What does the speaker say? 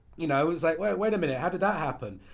you know it's like, wait a minute, how did that happen?